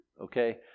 Okay